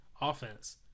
offense